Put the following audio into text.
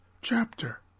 Chapter